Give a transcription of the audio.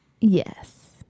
Yes